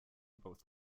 both